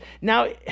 Now